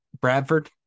Bradford